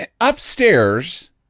Upstairs